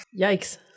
Yikes